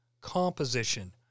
composition